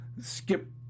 skip